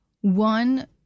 one